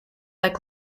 like